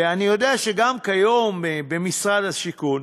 אני יודע שגם כיום, במשרד השיכון,